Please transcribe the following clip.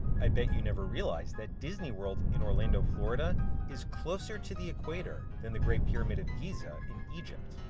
i bet you never realized that disney world in orlando, florida is closer to the equator than the great pyramid of giza in egypt.